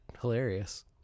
hilarious